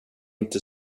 inte